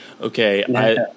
okay